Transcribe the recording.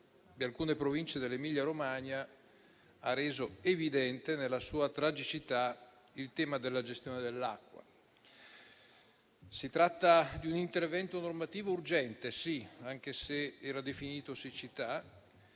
di alcune province dell'Emilia-Romagna ha reso evidente nella sua tragicità il tema della gestione dell'acqua. Si tratta sicuramente di un intervento normativo urgente e, anche se lo si